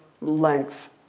length